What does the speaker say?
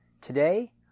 Today